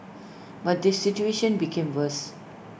but the situation became worse